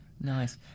Nice